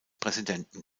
präsidenten